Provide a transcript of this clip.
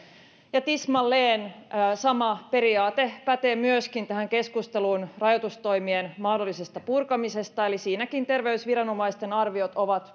tismalleen sama periaate pätee myöskin tähän keskusteluun rajoitustoimien mahdollisesta purkamisesta eli siinäkin terveysviranomaisten arviot ovat